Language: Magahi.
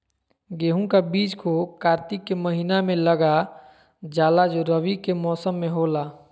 गेहूं का बीज को कार्तिक के महीना में लगा जाला जो रवि के मौसम में होला